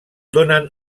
donen